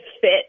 fit